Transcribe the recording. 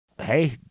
hey